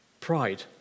pride